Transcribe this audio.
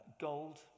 Gold